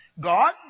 God